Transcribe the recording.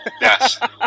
Yes